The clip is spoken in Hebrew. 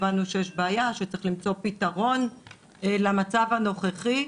הבנו שיש בעיה ושצריך למצוא פתרון למצב הנוכחי,